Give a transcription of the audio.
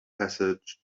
passage